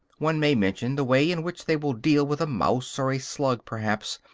one may mention the way in which they will deal with a mouse, or a slug perhaps,